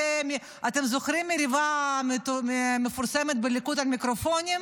אתם זוכרים מריבה מפורסמת בליכוד על מיקרופונים?